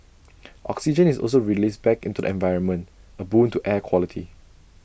oxygen is also released back into the environment A boon to air quality